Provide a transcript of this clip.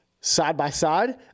side-by-side